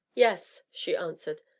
yes, she answered.